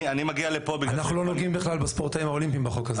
אנחנו לא נוגעים בכלל בספורטאים האולימפיים בחוק הזה.